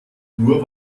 nur